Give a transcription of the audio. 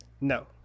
No